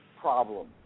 Problem